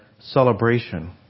celebration